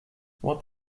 what